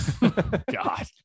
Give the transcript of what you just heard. God